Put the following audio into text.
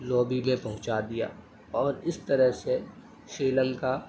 lobby میں پہنچا دیا اور اس طرح سے شری لنکا